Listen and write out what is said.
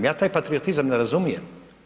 Ja taj patriotizam ne razumijem.